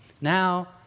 Now